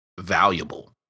valuable